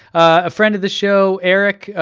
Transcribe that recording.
a friend of the show, eric,